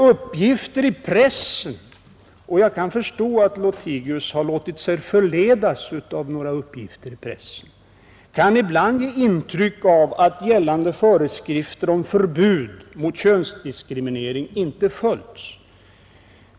Uppgifter i pressen — och jag kan förstå att herr Lothigius har låtit sig förledas av några uppgifter i pressen — kan ibland ge intryck av att gällande föreskrifter om förbud mot könsdiskriminering inte följts.